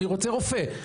אני רוצה רופא'.